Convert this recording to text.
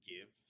give